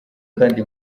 kandi